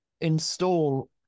install